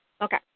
Okay